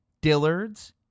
Dillard's